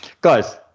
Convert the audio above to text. guys